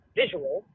visual